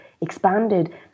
expanded